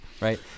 right